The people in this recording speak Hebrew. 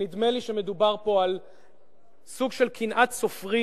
ונדמה לי שמדובר פה על סוג של קנאת סופרים,